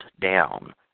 down